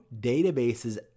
databases